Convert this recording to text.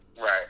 Right